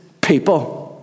people